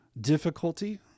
difficulty